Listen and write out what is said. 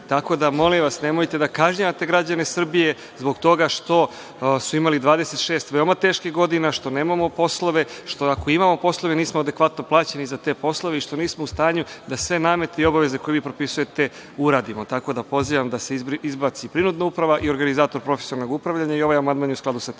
priuštimo. Molim vas, nemojte da kažnjavate građane Srbije zbog toga što su imali 26 veoma teških godina, što nemamo poslove, što ako imamo poslove nismo adekvatno plaćeni za te poslove i što nismo u stanju da sve namete i obaveze koje vi propisujete uradimo, tako da pozivam da se izbaci prinudna uprava i organizator profesionalnog upravljanja. Ovaj amandman je u skladu sa tim.